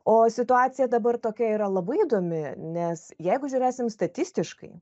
o situacija dabar tokia yra labai įdomi nes jeigu žiūrėsim statistiškai